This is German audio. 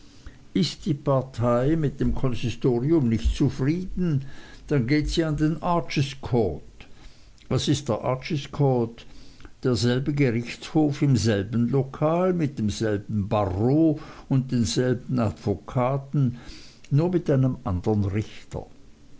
ist die partei mit dem konsistorium nicht zufrieden dann geht sie an den archescourt was ist der archescourt derselbe gerichtshof im selben lokal mit demselben barreau und denselben advokaten nur mit einem andern richter